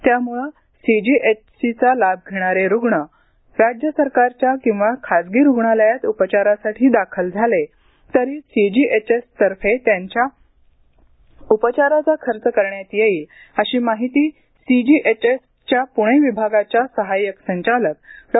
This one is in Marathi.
त्यामुळे सीजीएचसीचा लाभ घेणारे रूग्ण राज्य सरकारच्या किंवा खासगी रूग्णालयात उपचारासाठी दाखल झाले तरी सीजीएचएसतर्फे त्यांच्या उपचाराचा खर्च देण्यात येईल अशी माहिती सीजीएचएसच्या पुणे विभागाच्या सहाय्यक संचालक डॉ